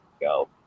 go